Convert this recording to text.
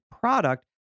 product